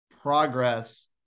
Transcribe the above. progress